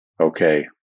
Okay